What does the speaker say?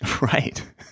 Right